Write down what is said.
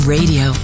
Radio